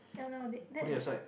oh no that is that's